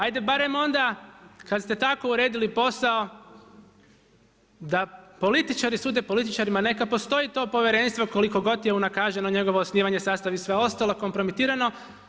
Ajde barem onda kad ste tako uredili posao da političari sude političarima neka postoji to povjerenstvo koliko god je unakaženo njegovo osnivanje, sastav i sve ostalo, kompromitirano.